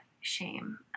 shame